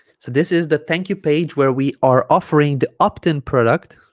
so this is the thank you page where we are offering the opt-in product